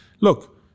Look